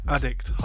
Addict